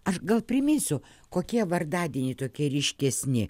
aš gal priminsiu kokie vardadieniai tokie ryškesni